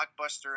blockbuster